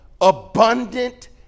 abundant